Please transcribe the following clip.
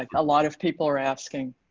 like a lot of people are asking.